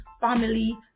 family